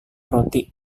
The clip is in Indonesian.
roti